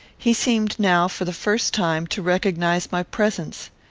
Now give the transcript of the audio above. he seemed now, for the first time, to recognise my presence.